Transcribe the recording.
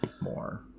more